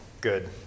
good